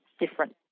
different